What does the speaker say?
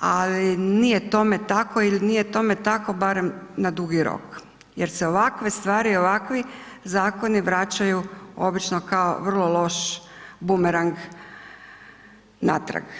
ali nije tome tako ili nije tome tako barem na dugi rok jer je ovakve stvari i ovakvi zakoni vraćaju obično kao vrlo loš bumerang natrag.